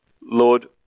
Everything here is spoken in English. Lord